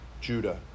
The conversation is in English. judah